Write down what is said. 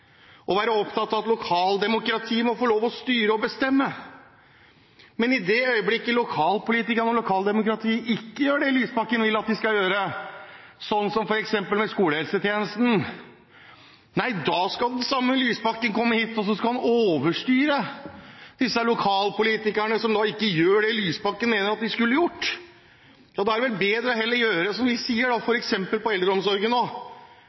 og er opptatt av at lokaldemokratiet må få lov til å styre og bestemme, men i det øyeblikket lokalpolitikerne og lokaldemokratiet ikke gjør det Lysbakken vil at de skal gjøre, som f.eks. med skolehelsetjenesten, skal den samme Lysbakken komme hit og overstyre disse lokalpolitikerne som ikke gjør det Lysbakken mener at de skulle gjort. Da er det vel bedre heller å gjøre som vi sier, f.eks. med eldreomsorgen, hvor man ser det som representanten Tove Karoline Knutsen og